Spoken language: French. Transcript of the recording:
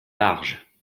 large